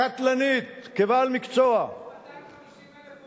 קטלנית, כבעל מקצוע, יש 250,000 עורכי-דין.